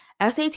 SAT